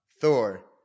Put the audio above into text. Thor